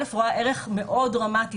רואה ערך מאוד דרמטי,